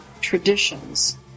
traditions